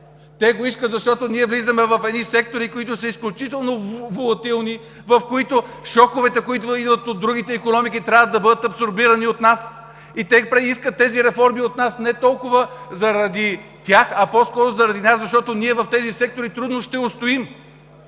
Те го искат, защото ние влизаме в едни сектори, които са изключително волатилни, в които шоковете, които идват от другите икономики, трябва да бъдат абсорбирани от нас. Те искат тези реформи от нас не толкова заради тях, а по-скоро заради нас, защото в тези сектори трудно ще устоим.